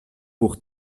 pour